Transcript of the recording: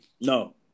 No